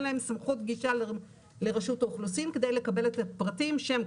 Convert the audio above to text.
להם סמכות גישה לרשות האוכלוסין כדי לקבל את הפרטים שם,